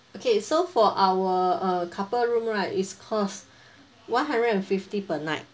okay so for our uh couple room right is costs one hundred and fifty per night